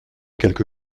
quelque